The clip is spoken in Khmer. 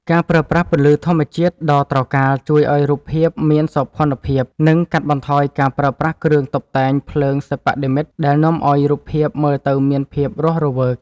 ការប្រើប្រាស់ពន្លឺធម្មជាតិដ៏ត្រកាលជួយឱ្យរូបភាពមានសោភ័ណភាព និង កាត់បន្ថយការប្រើប្រាស់គ្រឿងតុបតែងភ្លើងសិប្បនិម្មិតដែលនាំឱ្យរូបភាពមើលទៅមានភាពរស់រវើក។